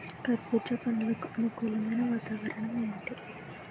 కర్బుజ పండ్లకు అనుకూలమైన వాతావరణం ఏంటి?